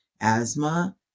asthma